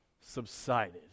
subsided